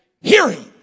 Hearing